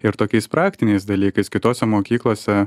ir tokiais praktiniais dalykais kitose mokyklose